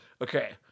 Okay